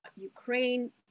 Ukraine